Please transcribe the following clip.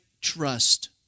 trust